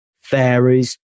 fairies